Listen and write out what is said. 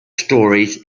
stories